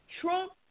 trump